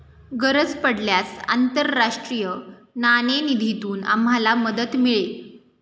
गरज पडल्यास आंतरराष्ट्रीय नाणेनिधीतून आम्हाला मदत मिळेल